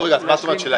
רגע, אז מה את אומרת?